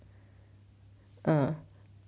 uh